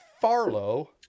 farlow